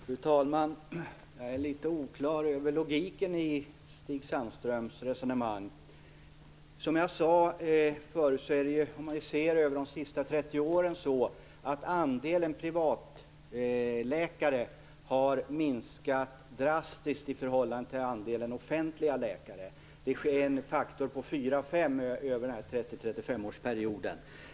Fru talman! Jag är litet oklar över logiken i Stig Sandströms resonemang. Sett över de senaste 30 åren har andelen privatläkare minskat drastiskt i förhållande till andelen offentliga läkare. Det har skett en förändring med faktor fyra eller fem de senaste 30 åren.